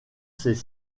ses